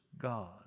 God